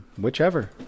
whichever